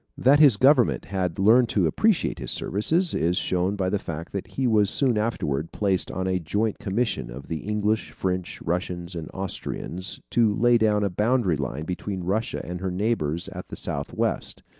that his government had learned to appreciate his services is shown by the fact that he was soon afterward placed on a joint commission of the english, french, russians, and austrians, to lay down a boundary line between russia and her neighbors at the southwest.